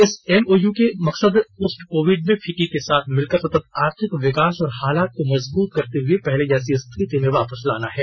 इस एमओय का मकसद पोस्ट कोविड में फिक्की के साथ मिलकर सतत आर्थिक विकास और हालात को मजबूत करते हुए पहले जैसी स्थिति में वापस लाना है